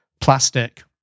plastic